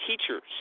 teachers